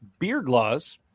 BEARDLAWS